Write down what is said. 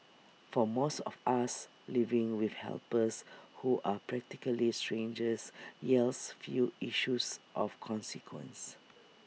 for most of us living with helpers who are practically strangers yields few issues of consequence